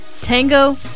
Tango